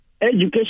education